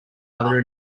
other